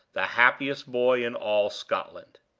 the happiest boy in all scotland!